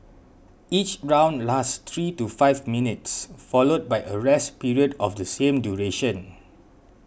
each round lasts three to five minutes followed by a rest period of the same duration